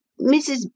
Mrs